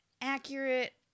accurate